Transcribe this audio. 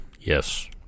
Yes